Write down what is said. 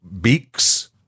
beaks